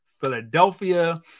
Philadelphia